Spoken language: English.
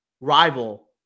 rival